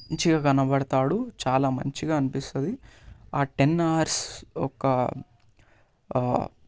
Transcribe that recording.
మంచిగా కనపడతాడు చాలా మంచిగా అనిపిస్తుంది ఆ టెన్ అవర్స్ ఒక